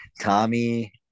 Tommy